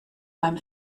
beim